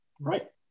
Right